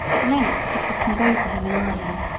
at length it was conveyed to him in ireland,